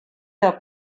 der